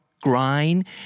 grind